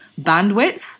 bandwidth